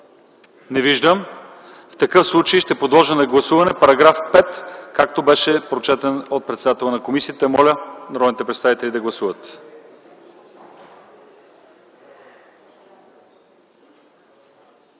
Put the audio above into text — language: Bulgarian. Не виждам. В такъв случай ще подложа на гласуване § 5, както беше прочетен от председателя на комисията. Моля народните представители да гласуват.